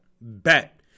bet